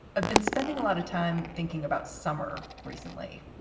i've been spending a lot of time thinking about summer recently.